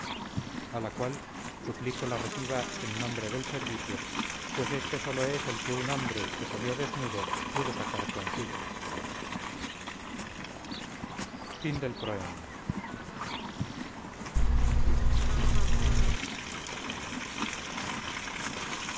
a la cual suplico la reciba en nombre del servicio pues éste solo es el que un hombre que salió desnudo pudo sacar consigo